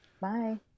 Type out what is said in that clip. Bye